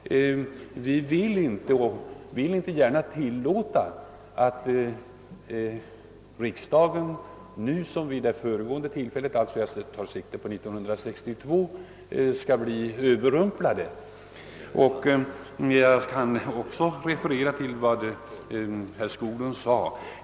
Vi vill inte gärna tillåta att riksdagen nu som 1962 skall bli överrumplad. Jag kan också referera till vad herr Skoglund sade.